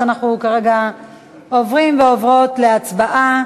אנחנו כרגע עוברים ועוברות להצבעה.